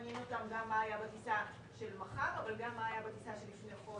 מעניין אותם גם מה בטיסה של מחר אבל גם מה היה בטיסה לפני חודש.